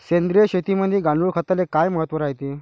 सेंद्रिय शेतीमंदी गांडूळखताले काय महत्त्व रायते?